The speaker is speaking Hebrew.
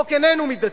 החוק איננו מידתי.